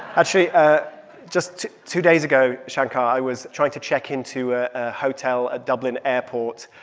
actually ah just two days ago, shankar, i was trying to check into a hotel at dublin airport